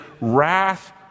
wrath